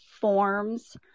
forms